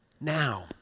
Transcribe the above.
now